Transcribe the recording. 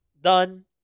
Done